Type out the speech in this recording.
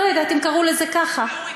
לא יודעת אם קראו לזה ככה.